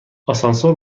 آسانسور